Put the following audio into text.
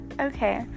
Okay